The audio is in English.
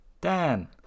Dan